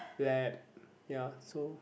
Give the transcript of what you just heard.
lab ya so